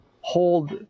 hold